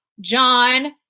john